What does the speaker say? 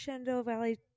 Valley